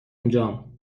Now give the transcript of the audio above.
اونجام